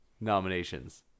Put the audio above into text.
nominations